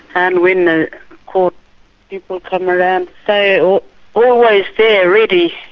and when the court people come around they are always there ready